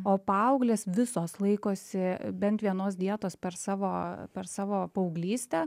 o paauglės visos laikosi bent vienos dietos per savo per savo paauglystę